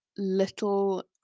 little